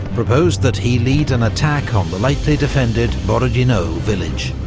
proposed that he lead an attack on the lightly-defended borodino village.